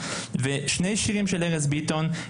שני שירים של ארז ביטון,